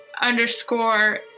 underscore